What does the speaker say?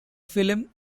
film